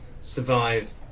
survive